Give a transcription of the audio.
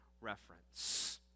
reference